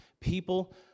People